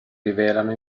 rivelano